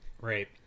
Right